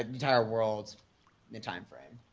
entire worlds, in the time frame.